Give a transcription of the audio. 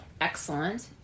Excellent